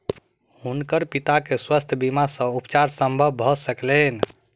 हुनकर पिता के स्वास्थ्य बीमा सॅ उपचार संभव भ सकलैन